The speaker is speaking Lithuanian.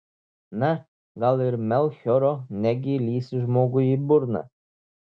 na gal ir melchioro negi lįsi žmogui į burną